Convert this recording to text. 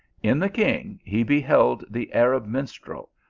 in the king, he beheld the arab minstrel,